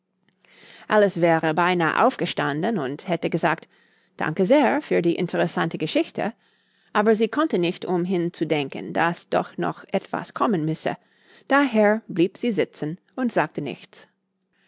alice wäre beinah aufgestanden und hätte gesagt danke sehr für die interessante geschichte aber sie konnte nicht umhin zu denken daß doch noch etwas kommen müsse daher blieb sie sitzen und sagte nichts